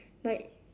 like